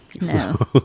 no